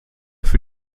für